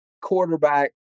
quarterback